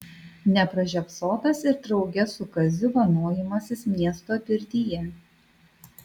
nepražiopsotas ir drauge su kaziu vanojimasis miesto pirtyje